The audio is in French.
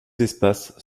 espaces